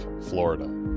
Florida